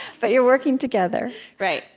but you're working together right,